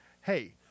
Hey